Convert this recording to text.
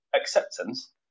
acceptance